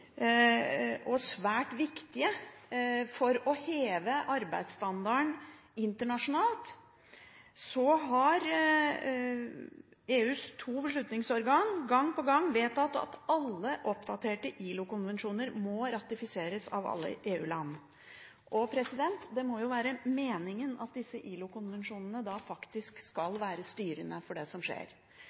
og svært viktige. For å heve arbeidsstandarden internasjonalt har EUs to beslutningsorgan gang på gang vedtatt at alle oppdaterte ILO-konvensjoner må ratifiseres av alle EU-land. Det må jo være meningen at disse ILO-konvensjonene da faktisk skal være styrende for det som skjer.